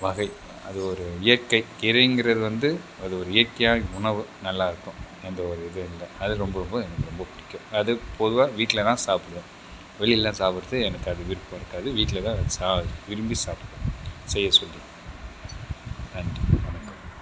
வகை அது ஒரு இயற்கை கீரைங்கிறது வந்து அது ஒரு இயற்கையான உணவு நல்லாயிருக்கும் எந்தவொரு இதுவும் இல்லை ரொம்ப எனக்கு ரொம்ப பிடிக்கும் அது பொதுவாக வீட்டில்தான் சாப்பிடுவேன் வெளியிலலாம் சாப்பிடுறது எனக்கு அது விருப்பம் இருக்காது வீட்டில்தான் சா விரும்பி சாப்பிடுவேன் செய்ய சொல்லி நன்றி வணக்கம்